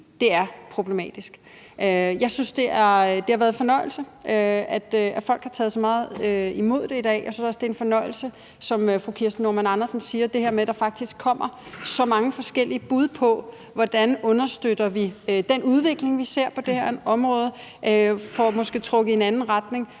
det er problematisk. Jeg synes, det har været en fornøjelse, at folk har taget så godt imod det i dag, og jeg synes også, det er en fornøjelse i forhold til det her med, som fru Kirsten Normann Andersen siger, at der faktisk kommer så mange forskellige bud på, hvordan vi understøtter den udvikling, vi ser på det her område, og måske får trukket det i en anden retning,